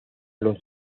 los